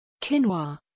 Quinoa